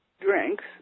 drinks